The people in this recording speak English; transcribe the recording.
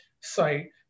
site